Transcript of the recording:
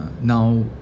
now